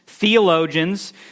theologians